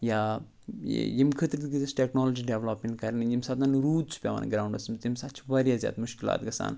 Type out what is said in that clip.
یا یہِ ییٚمہِ خٲطرٕ تہِ ٹیکنالجی ڈیولپ یِنۍ کَرنہٕ ییٚمہِ ساتہٕ روٗد چھُ پٮ۪وان گرٛاوُنٛڈَس منٛز تَمہِ ساتہٕ چھِ واریاہ زیادٕ مُشکِلات گژھان